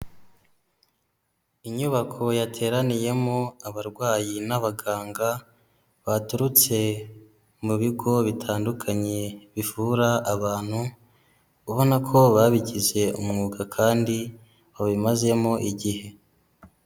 Inyubako yateraniyemo abarwayi n'abaganga baturutse mu bigo bitandukanye bivura abantu, ubona ko babigize umwuga kandi babimazemo igihe.